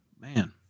man